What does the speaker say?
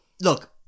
look